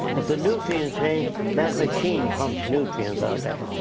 if the nutrients change, that machine pumps nutrients out there.